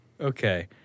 Okay